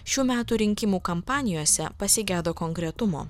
šių metų rinkimų kampanijose pasigedo konkretumo